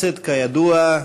כידוע,